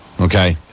okay